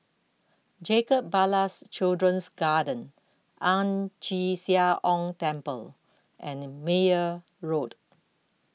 Jacob Ballas Children's Garden Ang Chee Sia Ong Temple and Meyer Road